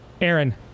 Aaron